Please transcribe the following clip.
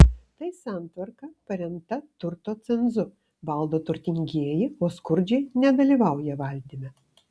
tai santvarka paremta turto cenzu valdo turtingieji o skurdžiai nedalyvauja valdyme